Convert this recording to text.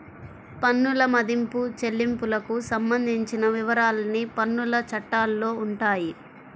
పన్నుల మదింపు, చెల్లింపులకు సంబంధించిన వివరాలన్నీ పన్నుల చట్టాల్లో ఉంటాయి